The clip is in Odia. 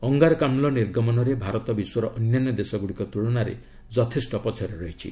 ଅଙ୍ଗାରକାମ୍କ ନିର୍ଗମନରେ ଭାରତ ବିଶ୍ୱର ଅନ୍ୟାନ୍ୟ ଦେଶଗୁଡ଼ିକ ତୁଳନାରେ ଯଥେଷ୍ଟ ପଛରେ ରହିଛି